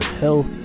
health